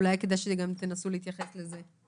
אולי כדאי שאם תנסו להתייחס לזה.